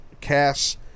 Cass